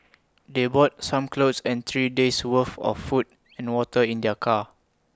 they brought some clothes and three days worth of food and water in their car